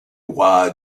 roi